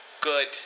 good